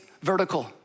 vertical